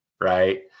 right